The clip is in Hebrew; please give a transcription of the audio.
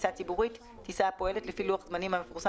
"טיסה ציבורית"- טיסה הפועלת לפי לוח זמנים המפורסם